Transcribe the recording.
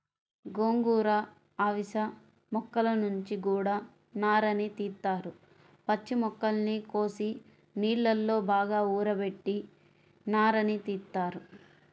గోంగూర, అవిశ మొక్కల నుంచి గూడా నారని తీత్తారు, పచ్చి మొక్కల్ని కోసి నీళ్ళలో బాగా ఊరబెట్టి నారని తీత్తారు